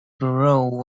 borough